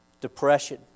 depression